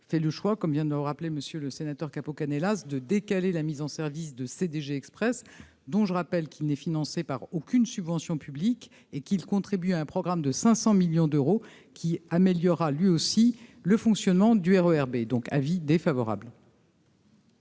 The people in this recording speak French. fait le choix, comme vient de le rappeler, Monsieur le Sénateur, Capo Canellas de décaler la mise en service de CDG Express, dont je rappelle qu'il n'est financé par aucune subvention publique et qu'ils contribuent à un programme de 500 millions d'euros qui améliorera lui aussi le fonctionnement du RER B, donc avis défavorable.